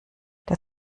der